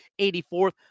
84th